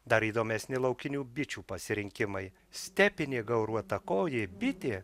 dar įdomesni laukinių bičių pasirinkimai stepinė gauruotakojė bitė